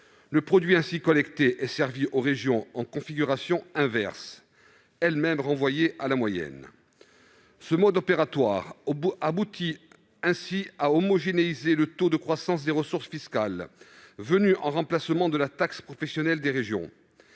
le produit ainsi collecté est servi aux régions en configuration inverse, elles-mêmes renvoyées à la moyenne. Ce mode opératoire aboutit à homogénéiser le taux de croissance des ressources fiscales venues en remplacement de la part régionale de taxe